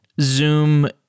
Zoom